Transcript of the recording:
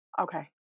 Okay